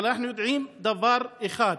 אבל אנחנו יודעים דבר אחד,